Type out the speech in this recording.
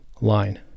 line